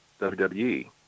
WWE